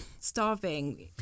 starving